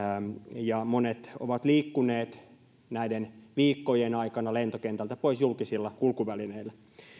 ja monet ovat liikkuneet näiden viikkojen aikana lentokentältä pois julkisilla kulkuvälineillä